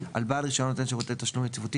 על בעל רישיון נותן שירותי תשלום יציבותי